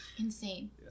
Insane